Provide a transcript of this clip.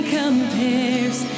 compares